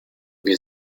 wir